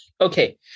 Okay